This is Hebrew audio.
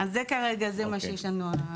זה כרגע מה שיישמנו.